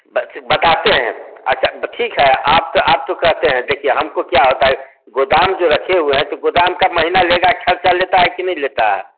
बताते है अच्छा ठीक है आप तो आप तो कहते हैं देखिए हमको क्या होता है तो गोदाम जो रखे हुए हैं तो गोदाम का महीना लेगा खर्चा लेता है के नहीं लेता है